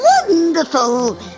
wonderful